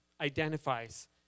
identifies